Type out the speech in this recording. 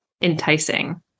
enticing